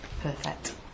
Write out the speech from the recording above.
perfect